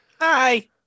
Hi